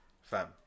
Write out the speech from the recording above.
fam